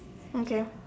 okay